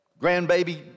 grandbaby